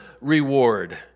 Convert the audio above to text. reward